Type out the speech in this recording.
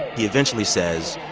he eventually says,